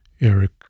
Eric